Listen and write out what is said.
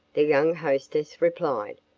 the young hostess replied.